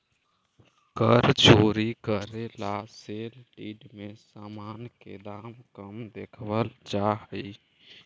कर चोरी करे ला सेल डीड में सामान के दाम कम देखावल जा हई